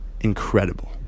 incredible